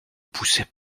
poussaient